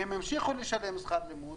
הם המשיכו לשלם שכר לימוד,